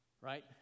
right